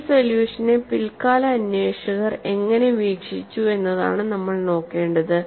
ഈ സൊല്യൂഷനെ പിൽക്കാല അന്വേഷകർ എങ്ങനെ വീക്ഷിച്ചു എന്നതാണ് നമ്മൾ നോക്കേണ്ടത്